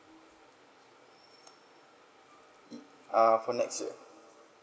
uh for next year